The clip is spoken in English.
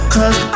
Cause